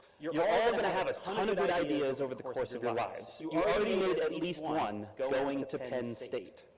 you're all gonna have a ton of good ideas over the course of your lives. you already made at least one, going to penn state.